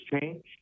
change